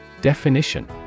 Definition